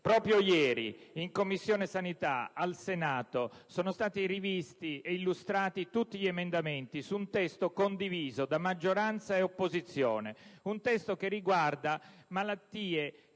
proprio ieri in Commissione sanità sono stati esaminati e illustrati tutti gli emendamenti a un testo condiviso da maggioranza e opposizione, un testo che riguarda le malattie